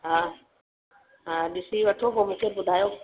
हा हा ॾिसी वठो पोइ मूंखे ॿुधायो